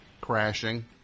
crashing